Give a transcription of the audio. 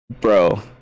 bro